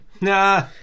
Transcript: Nah